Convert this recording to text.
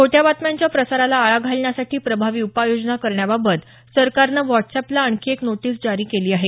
खोट्या बातम्यांच्या प्रसाराला आळा घालण्यासाठी प्रभावी उपाययोजना करण्याबाबत सरकारनं व्हॉट्सॅपला आणखी एक नोटीस जारी केली आहे